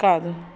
ਘਰ